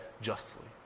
justly